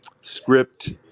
script